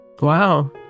Wow